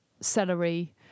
celery